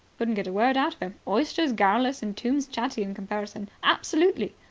couldn't get a word out of him. oysters garrulous and tombs chatty in comparison. absolutely.